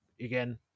again